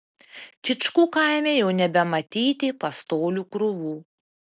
čyčkų kaime jau nebematyti pastolių krūvų